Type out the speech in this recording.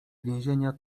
więzienia